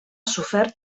sofert